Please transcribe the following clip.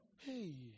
Hey